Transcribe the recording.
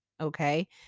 okay